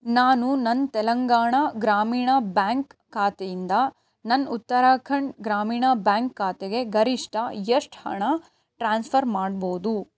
ನಾನು ನನ್ನ ತೆಲಂಗಾಣ ಗ್ರಾಮೀಣ ಬ್ಯಾಂಕ್ ಖಾತೆಯಿಂದ ನನ್ನ ಉತ್ತರಾಖಂಡ್ ಗ್ರಾಮೀಣ ಬ್ಯಾಂಕ್ ಖಾತೆಗೆ ಗರಿಷ್ಠ ಎಷ್ಟು ಹಣ ಟ್ರಾನ್ಸ್ಫರ್ ಮಾಡ್ಬೋದು